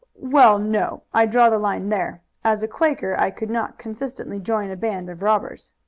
well, no i draw the line there. as a quaker i could not consistently join a band of robbers.